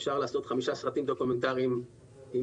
אפשר לעשות 5 סרטים דוקומנטריים עם